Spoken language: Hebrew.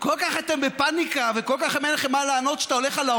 אני עובד על פי התקנון, לא על פי מה שאתם רוצים.